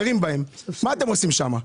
מה אתם עושים שם?